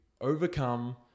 overcome